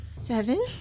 Seven